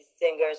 singers